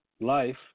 life